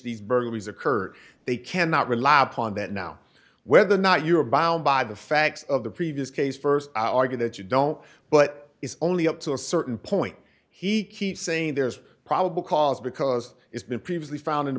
these burglaries occurred they cannot rely upon that now whether or not you are bound by the facts of the previous case st argue that you don't but it's only up to a certain point he keeps saying there's probable cause because it's been previously found in